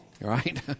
right